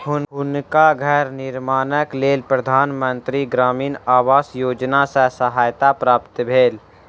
हुनका घर निर्माणक लेल प्रधान मंत्री ग्रामीण आवास योजना सॅ सहायता प्राप्त भेल